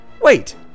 Wait